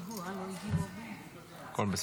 כבוד היושב-ראש, כנסת נכבדה, 402,